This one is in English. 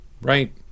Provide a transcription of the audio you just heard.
right